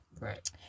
right